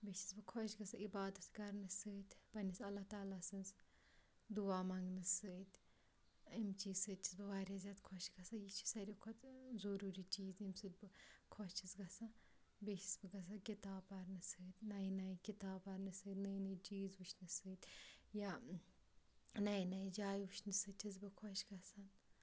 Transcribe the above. بیٚیہِ چھس بہٕ خۄش گژھان عبادت کَرنہٕ سۭتۍ پنٛںِس اللہ تعلیٰ سٕنٛز دُعا منٛگنہٕ سۭتۍ اَمہِ چیٖزٕ سۭتۍ چھس بہٕ واریاہ زیادٕ خۄش گژھان یہِ چھِ ساروِی کھۄتہٕ ضٔروٗری چیٖز ییٚمہِ سۭتۍ بہٕ خۄش چھس گژھان بیٚیہِ چھس بہٕ گژھان کِتاب پَرنہٕ سۭتۍ نٔے نٔے کِتاب پَرنہٕ سۭتۍ نٔے نٔے چیٖز وٕچھنہٕ سۭتۍ یا نٔے نٔے جایہِ وٕچھنہٕ سۭتۍ چھس بہٕ خۄش گژھان